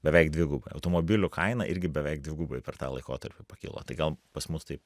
beveik dvigubai automobilių kaina irgi beveik dvigubai per tą laikotarpį pakilo tai gal pas mus taip